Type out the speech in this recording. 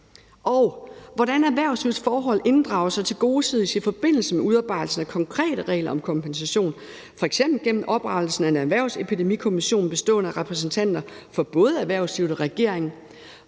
hvordan erhvervslivets forhold inddrages og tilgodeses i forbindelse med udarbejdelse af konkrete regler om kompensation, f.eks. gennem oprettelsen af en erhvervsepidemikommission bestående af repræsentanter for både erhvervslivet og regeringen.